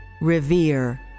revere